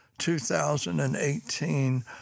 2018